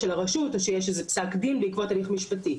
של הרשות או שיש איזה פסק דין בעקבות הליך משפטי.